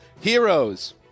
heroes